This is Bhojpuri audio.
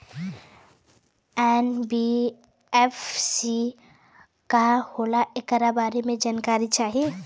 एन.बी.एफ.सी का होला ऐकरा बारे मे जानकारी चाही?